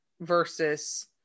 versus